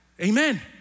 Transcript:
Amen